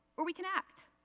or we can act.